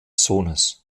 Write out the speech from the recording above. sohnes